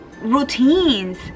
routines